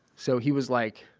so he was like,